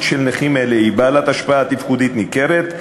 של נכים אלה היא בעלת השפעה תפקודית ניכרת,